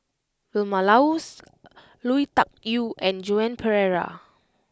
Vilma Laus Lui Tuck Yew and Joan Pereira